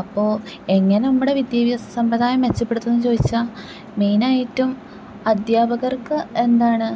അപ്പോൾ എങ്ങനെ നമ്മുടെ വിദ്യാഭ്യാസ സമ്പ്രദായം മെച്ചപ്പെടുത്തുന്നതിന് ചോദിച്ചാൽ മെയ്നായിട്ടും അധ്യാപകർക്ക് എന്താണ്